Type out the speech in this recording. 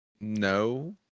no